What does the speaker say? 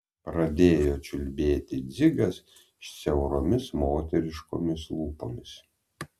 pradėjo čiulbėti dzigas siauromis moteriškomis lūpomis